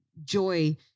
joy